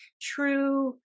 true